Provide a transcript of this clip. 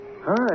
Hi